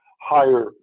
higher